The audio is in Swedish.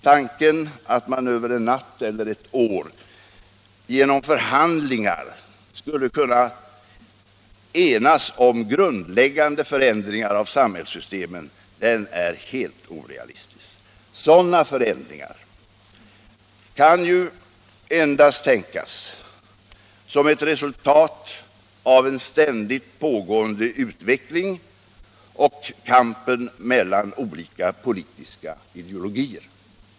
Tanken att man över en natt, eller ett år, genom förhandlingar skulle kunna enas om grundläggande förändringar av samhällssystemen är helt orealistisk. Sådana förändringar kan endast tänkas som ett resultat av en ständigt pågående utveckling och kampen mellan olika politiska ideologier.